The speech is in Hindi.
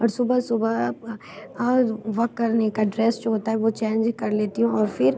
और सुबह सुबह वक करने का ड्रेस जो होता है वो चेंज कर लेती हूँ और फिर